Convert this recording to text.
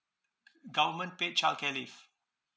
government paid childcare leave